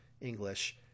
English